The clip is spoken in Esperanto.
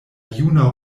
juna